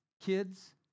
kids